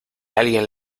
alguien